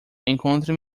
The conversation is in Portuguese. encontre